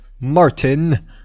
Martin